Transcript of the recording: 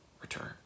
return